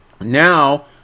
Now